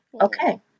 okay